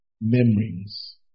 memories